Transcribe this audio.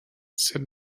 said